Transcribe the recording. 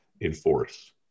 enforce